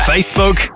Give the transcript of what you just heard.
Facebook